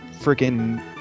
freaking